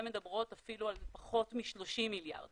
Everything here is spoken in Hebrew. הן מדברות אפילו על פחות מ-30 מיליארד